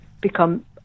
become